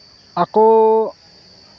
ᱟᱠᱚ